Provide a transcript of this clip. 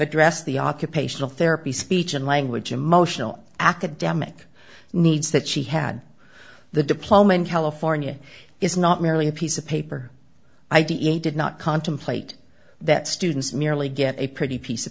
addressed the occupational therapy speech and language emotional academic needs that she had the diploma in california is not merely a piece of paper i d e a did not contemplate that students merely get a pretty piece of